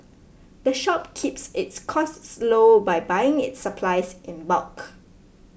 the shop keeps its costs low by buying its supplies in bulk